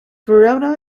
verona